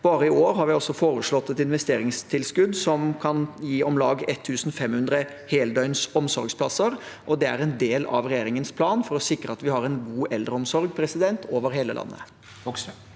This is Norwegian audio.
Bare i år har vi foreslått et investeringstilskudd som kan gi om lag 1 500 heldøgns omsorgsplasser. Det er en del av regjeringens plan for å sikre at vi har en god eldreomsorg over hele landet.